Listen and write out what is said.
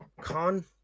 con